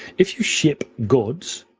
if you ship goods,